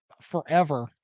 forever